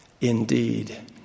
Indeed